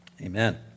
amen